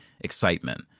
excitement